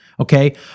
Okay